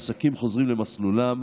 העסקים חוזרים למסלולם,